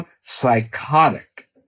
psychotic